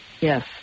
Yes